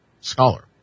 Scholar